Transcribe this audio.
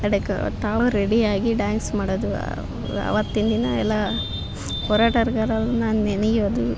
ಕಡೆಕ ತಾವು ರೆಡಿ ಆಗಿ ಡ್ಯಾನ್ಸ್ ಮಾಡೋದು ಅವತ್ತಿನ ದಿನ ಎಲ್ಲ ಹೋರಾಟಗಾರರನ್ನು ನೆನೆಯೋದು